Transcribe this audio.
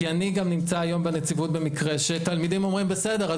כי אני גם נמצא היום בנציבות במקרה שתלמידים אומרים בסדר,